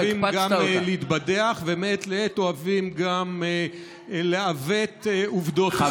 אוהבים גם להתבדח ומעת לעת אוהבים גם לעוות עובדים היסטוריות.